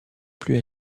plus